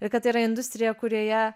ir kad tai yra industrija kurioje